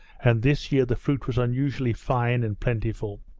and this year the fruit was unusually fine and plentiful.